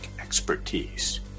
expertise